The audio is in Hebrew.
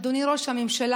אדוני ראש הממשלה,